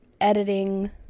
editing